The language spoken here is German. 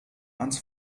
ans